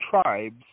tribes